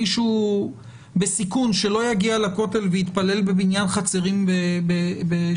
מישהו בסיכון שלא יגיע לכותל ויתפלל במניין חצרים בשכונתו.